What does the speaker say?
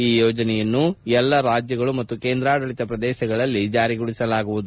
ಈ ಯೋಜನೆಯನ್ನು ಎಲ್ಲ ರಾಜ್ಯಗಳು ಮತ್ತು ಕೇಂದ್ರಾಡಳಿತ ಪ್ರದೇಶಗಳಲ್ಲಿ ಜಾರಿಗೊಳಿಸಲಾಗುವುದು